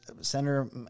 Senator